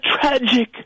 tragic